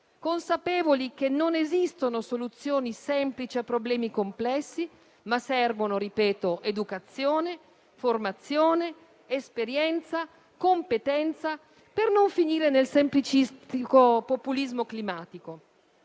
consapevoli che non esistono soluzioni semplici a problemi complessi, ma servono - ripeto - educazione, formazione, esperienza e competenza per non finire nel semplicistico populismo climatico.